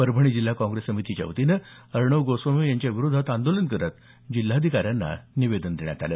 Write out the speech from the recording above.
परभणी जिल्हा काँग्रेस समितीच्यावतीने अर्णव गोस्वामी यांच्याविरोधात आंदोलन करत जिल्हाधिकाऱ्यांना निवेदन देण्यात आलं